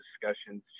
discussions